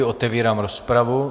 Otevírám rozpravu.